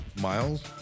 Miles